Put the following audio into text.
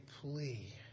plea